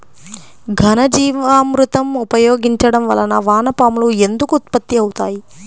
ఘనజీవామృతం ఉపయోగించటం వలన వాన పాములు ఎందుకు ఉత్పత్తి అవుతాయి?